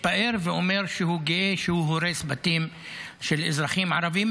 מתפאר ואומר שהוא גאה שהוא הורס בתים של אזרחים ערבים,